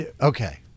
okay